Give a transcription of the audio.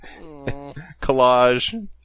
Collage